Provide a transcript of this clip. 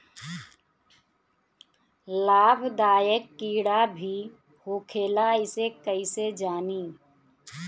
लाभदायक कीड़ा भी होखेला इसे कईसे जानी?